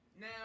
Now